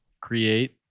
create